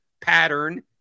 pattern